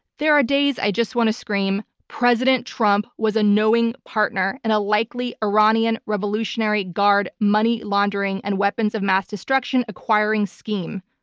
there are days i just want to scream, president trump was a knowing partner in a likely iranian revolutionary guard money laundering and weapons of mass destruction acquiring scheme.